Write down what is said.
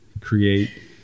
create